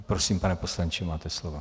Prosím, pane poslanče, máte slovo.